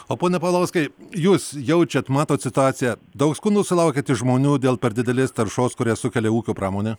o pone paulauskai jūs jaučiat matot situaciją daug skundų sulaukiat iš žmonių dėl per didelės taršos kurią sukelia ūkio pramonė